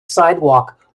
sidewalk